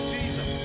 Jesus